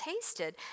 tasted